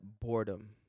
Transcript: boredom